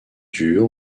dure